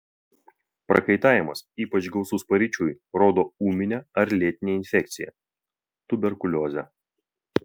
prakaitavimas ypač gausus paryčiui rodo ūminę ar lėtinę infekciją tuberkuliozę